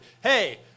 Hey